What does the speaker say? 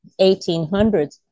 1800s